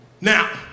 Now